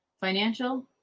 Financial